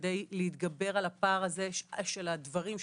כדי להתגבר על הפער הזה של הדברים,